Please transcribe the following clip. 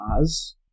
as-